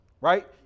right